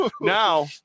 Now